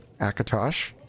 Akatosh